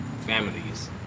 families